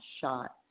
shot